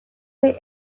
they